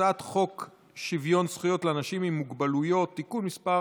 הצעת חוק שוויון זכויות לאנשים עם מוגבלות (תיקון מס'